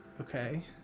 Okay